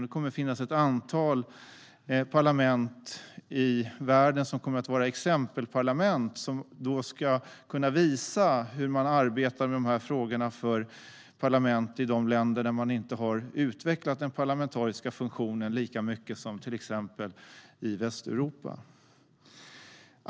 Det kommer att finnas ett antal parlament i världen som kommer att vara exempelparlament. De ska då kunna visa för parlament i de länder som inte har utvecklat den parlamentariska funktionen lika mycket som till exempel parlamenten i Västeuropa hur man arbetar med dessa frågor.